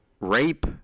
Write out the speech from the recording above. rape